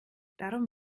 darum